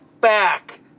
back